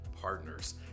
Partners